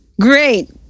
Great